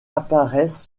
apparaissent